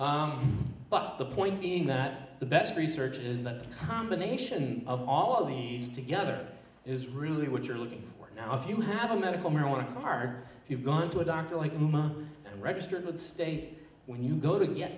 but the point being that the best research is that combination of all of these together is really what you're looking for now if you have a medical marijuana card if you've gone to a doctor like mine and registered with the state when you go to get